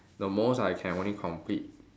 the most I can only complete